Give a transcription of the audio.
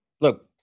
Look